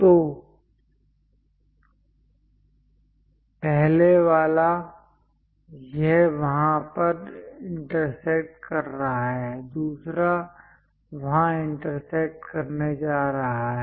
तो पहले वाला यह वहाँ पर इंटरसेक्ट कर रहा है दूसरा वहाँ इंटरसेक्ट करने जा रहा है